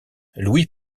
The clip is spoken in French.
luis